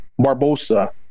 Barbosa